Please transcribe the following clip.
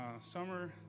summer